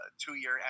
two-year